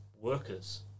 workers